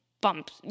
bumps